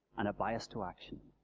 and a bias to action.